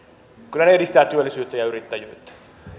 kyllä edistävät työllisyyttä ja yrittäjyyttä